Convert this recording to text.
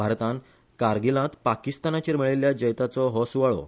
भारतान कारगीलांत पाकिस्तानाचेर मेळ्यल्ल्या जैताचो हो सुवाळो